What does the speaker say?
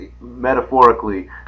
metaphorically